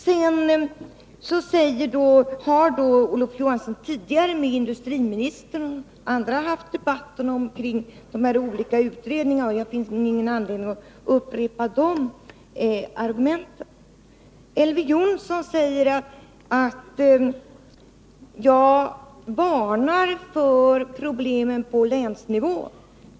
Olof Johansson har tidigare med industriministern och andra haft debatter om de olika utredningarna, så det finns ingen anledning att upprepa argumenten. Elver Jonsson säger att jag varnade för problem på länsnivån.